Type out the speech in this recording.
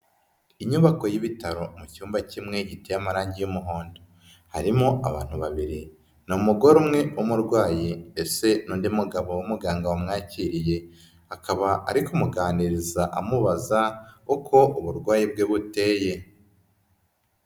Inyubako y'ibitaro mu cyumba kimwe iteye amarangi y'umuhondo, harimo abantu babiri ni umugore umwe w'umurwayi ndetse n'undi mugabo w'umuganga wamwakiriye, akaba ari kumuganiriza amubaza uko uburwayi bwe buteye.